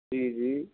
جی جی